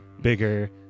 bigger